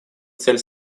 цель